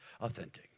authentic